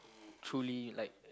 truly like